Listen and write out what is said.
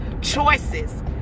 choices